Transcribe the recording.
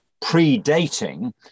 predating